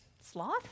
Sloth